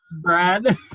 Brad